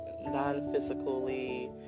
non-physically